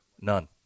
none